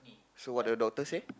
so what do your daughter say